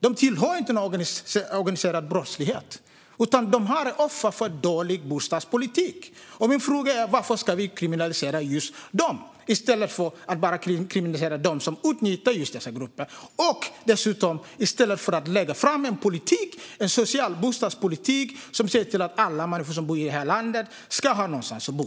De tillhör inte någon organiserad brottslighet. De är offer för dålig bostadspolitik. Varför ska vi kriminalisera just dem, i stället för att bara kriminalisera dem som utnyttjar dessa grupper? Vi borde lägga fram en social bostadspolitik som ser till att alla människor i det här landet ska ha någonstans att bo.